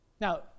Now